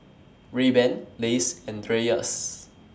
Rayban Lays and Dreyers